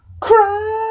cry